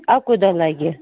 اَکُے دۄہ لَگہِ